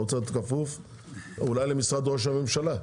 הוא צריך להיות כפוף אולי למשרד ראש הממשלה.